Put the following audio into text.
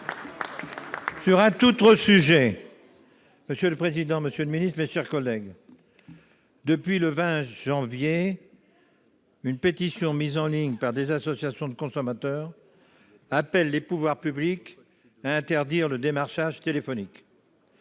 Territoires. Monsieur le président, monsieur le ministre de l'intérieur, mes chers collègues, depuis le 20 janvier dernier, une pétition mise en ligne par des associations de consommateurs appelle les pouvoirs publics à interdire le démarchage téléphonique.